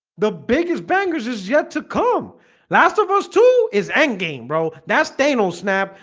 the biggest bangers is yet to come last of us to is n game bro. that's de no snap,